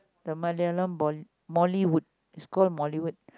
the Malayalam bol~ Mollywood is call Mollywood